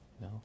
No